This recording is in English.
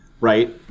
Right